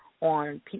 on